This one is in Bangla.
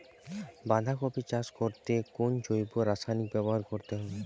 বাঁধাকপি চাষ করতে কোন জৈব রাসায়নিক ব্যবহার করতে হবে?